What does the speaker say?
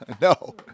No